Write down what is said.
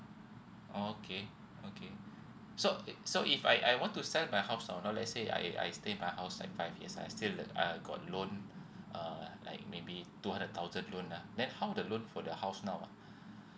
oh okay okay so okay so if I I want to sell my house now now let say I I stay in my house like five years I still uh got loan uh like maybe two hundred thousand loan lah then how the loan for the house now ah